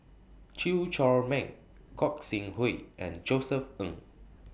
Chew Chor Meng Gog Sing Hooi and Josef Ng